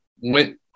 went